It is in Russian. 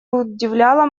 удивляло